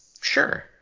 Sure